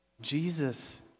Jesus